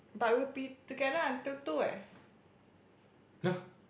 but we'll be together until two eh